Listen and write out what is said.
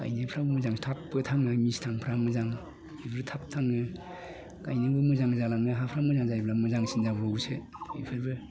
गायनोबो मोजां थाबबो थाङो मिस्थांफ्रा मोजां थाबबो थाङो बेबो थाब थाङो गायनोबो मोजां हाफ्राबो मोजां जायोब्ला मोजांसिन जाबावोसो बेफोरबो